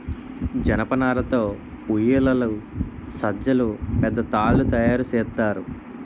జనపనార తో ఉయ్యేలలు సజ్జలు పెద్ద తాళ్లు తయేరు సేత్తారు